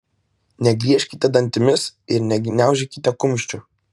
negriežkite dantimis ir negniaužykite kumščių